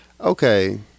okay